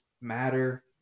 matter